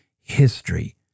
history